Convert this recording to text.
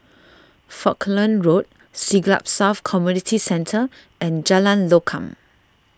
Falkland Road Siglap South Community Centre and Jalan Lokam